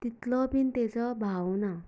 तितलो बी ताजो भाव ना